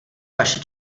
vaši